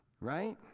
right